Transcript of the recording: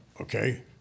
okay